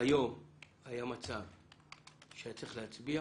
היום היה מצב שהיה צריך להצביע,